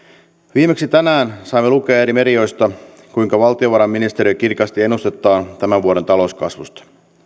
viimeksi tänään saimme lukea eri medioista kuinka valtiovarainministeriö kirkasti ennustettaan tämän vuoden talouskasvusta